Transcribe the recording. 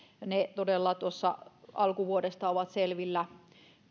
ne todella tuossa alkuvuodesta ovat selvillä